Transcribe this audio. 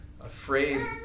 afraid